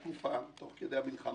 בתקופה מסוימת, תוך כדי המלחמה,